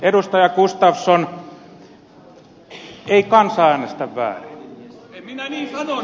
edustaja gustafsson ei kansa äänestä väärin